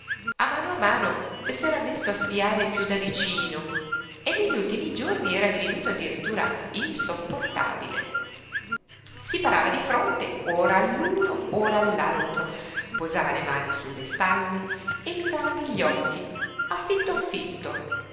a mano a mano s'era messo a spiare piú da vicino e negli ultimi giorni era divenuto addirittura insopportabile si parava di fronte ora all'uno ora all'altro posava le mani su le spalle e mirava negli occhi affitto affitto